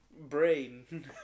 brain